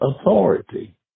authority